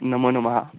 नमोनमः